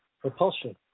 propulsion